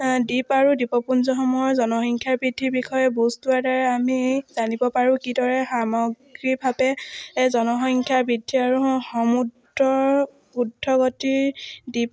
দ্বীপ আৰু দ্বীপপুঞ্জসমূহৰ জনসংখ্যা বৃদ্ধিৰ বিষয়ে বস্তুৰদ্বাৰা আমি জানিব পাৰোঁ কিদৰে সামগ্ৰীকভাৱে জনসংখ্যা বৃদ্ধি আৰু সমুদ্ৰ শুদ্ধগতিৰ দ্বীপ